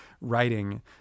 writing